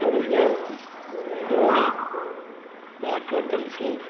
Kapil Dev Dhoni Raj Vardhan Singh